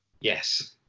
Yes